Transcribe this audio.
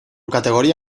categoría